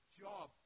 job